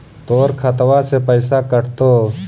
तोर खतबा से पैसा कटतो?